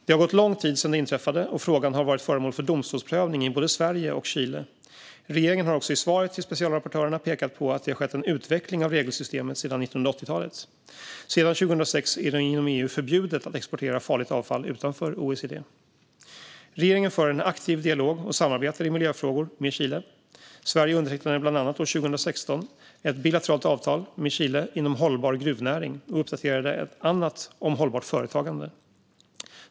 Det har gått lång tid sedan det inträffade, och frågan har varit föremål för domstolsprövning i både Sverige och Chile. Regeringen har också i svaret till specialrapportörerna pekat på att det skett en utveckling av regelsystemet sedan 1980-talet. Sedan 2006 är det inom EU förbjudet att exportera farligt avfall utanför OECD. Regeringen för en aktiv dialog och samarbetar i miljöfrågor med Chile. Sverige undertecknade bland annat 2016 ett bilateralt avtal med Chile om hållbar gruvnäring och uppdaterade ett annat om hållbart företagande.